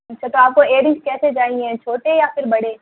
تو اچھا آپ کو ایئرنگ کیسے چاہئیں چھوٹے یا پھر بڑے